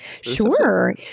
Sure